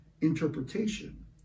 interpretation